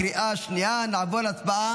הצעת החוק בקריאה השנייה ובקריאה השלישית.